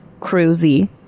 Cruzy